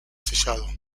sellado